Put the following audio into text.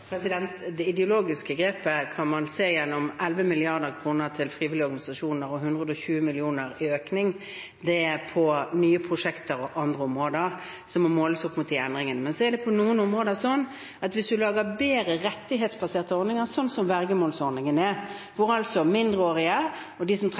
Det ideologiske grepet kan man se gjennom 11 mrd. kr til frivillige organisasjoner og 120 mill. kr i økning. Det er nye prosjekter og andre områder som må måles opp mot de endringene. Men så er det på noen områder sånn at hvis man lager bedre rettighetsbaserte ordninger – slik som vergemålsordningen er, hvor mindreårige og de som